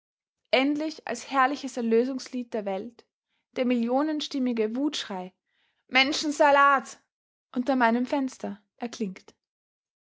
endlich als herrliches erlösungslied der welt der millionenstimmige wutschrei men schen sa lat unter meinem fenster erklingt